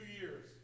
years